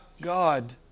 God